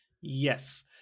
Yes